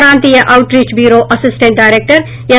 ప్రాంతీయ outreach bureau assistant director ఎం